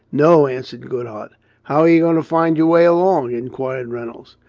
no, answered goodhart how are you going to find your way along? inquired reynolds.